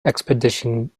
expedition